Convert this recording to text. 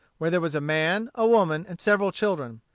where there was a man, a woman, and several children.